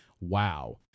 Wow